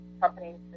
companies